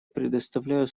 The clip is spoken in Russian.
предоставляю